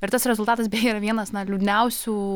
ir tas rezultatas beje yra vienas liūdniausių